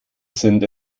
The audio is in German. sind